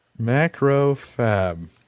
MacroFab